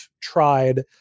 tried